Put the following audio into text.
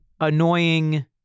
annoying